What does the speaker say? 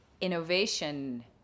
Innovation